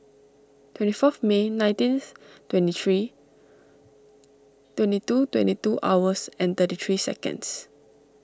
twenty fourth May nineteen twenty three twenty two twenty two hours and thirty three seconds